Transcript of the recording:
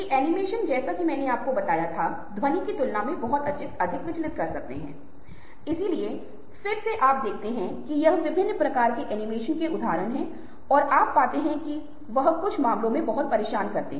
इतिहास और प्रामाणिकता की अवधारणा कुछ है जिसे मैं जल्दी से छू लूंगा क्योंकि आप देखते हैं कि आज सोशल मीडिया में फेसबुक पर उदाहरण के लिए और इनमें से कई समाचार जो कुछ भी हो रहा है वह लाखों लोगों तक पहुंचता है